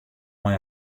mei